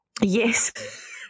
Yes